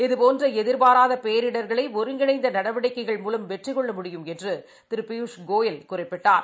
இதபோன்றஎதி்பாராதபோிடர்களை ஒருங்கிணைந்தநடவடிக்கைகள் மூலம் வெற்றிகொள்ள முடியும் என்றும் திருபியூஷ்கோயல் குறிப்பிட்டார்